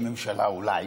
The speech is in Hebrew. ראש הממשלה אולי,